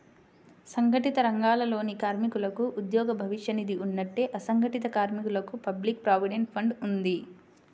సంఘటిత రంగాలలోని కార్మికులకు ఉద్యోగ భవిష్య నిధి ఉన్నట్టే, అసంఘటిత కార్మికులకు పబ్లిక్ ప్రావిడెంట్ ఫండ్ ఉంది